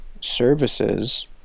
services